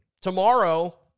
tomorrow